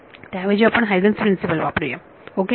त्याऐवजी आपण हायगंन्स प्रिन्सिपलHuygen's Priciple वापरूया ओके